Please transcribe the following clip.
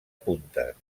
puntes